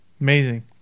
Amazing